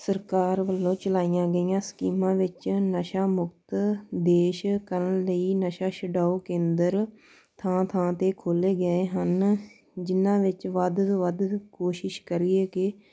ਸਰਕਾਰ ਵੱਲੋਂ ਚਲਾਈਆਂ ਗਈਆਂ ਸਕੀਮਾਂ ਵਿੱਚ ਨਸ਼ਾ ਮੁਕਤ ਦੇਸ਼ ਕਰਨ ਲਈ ਨਸ਼ਾ ਛੁਡਾਉ ਕੇਂਦਰ ਥਾਂ ਥਾਂ 'ਤੇ ਖੋਲ੍ਹੇ ਗਏ ਹਨ ਜਿਨ੍ਹਾਂ ਵਿੱਚ ਵੱਧ ਤੋਂ ਵੱਧ ਕੋਸ਼ਿਸ਼ ਕਰੀਏ ਕਿ